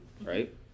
right